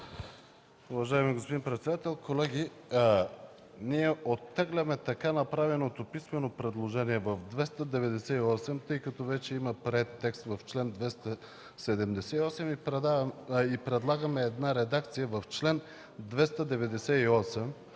Уважаеми господин председател, колеги! Ние оттегляме така направеното писмено предложение по чл. 298, тъй като вече има приет текст в чл. 278. Предлагаме една редакция в чл. 298,